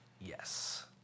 Yes